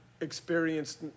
experienced